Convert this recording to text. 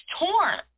torn